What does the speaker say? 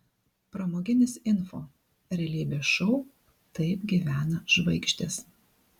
pramoginis info realybės šou taip gyvena žvaigždės